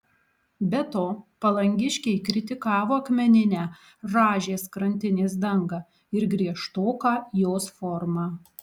be to palangiškiai kritikavo akmeninę rąžės krantinės dangą ir griežtoką jos formą